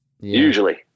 Usually